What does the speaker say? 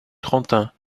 trentin